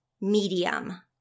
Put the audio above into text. medium